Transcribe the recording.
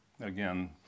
again